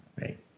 right